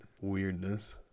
Weirdness